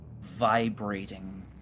vibrating